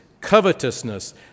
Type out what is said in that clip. covetousness